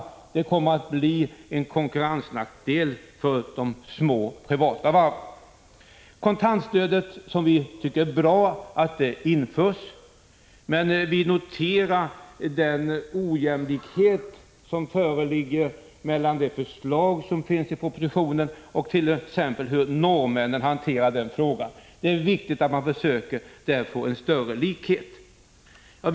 Det skulle komma att innebära en konkurrensnackdel för de små privata varven. Vi tycker att det är bra att kontantstödet införs. Men vi noterar den ojämlikhet som föreligger mellan propositionens förslag och t.ex. det sätt på vilket norrmännen hanterar den här frågan. Det är viktigt att man försöker åstadkomma en större likhet.